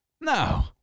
No